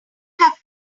have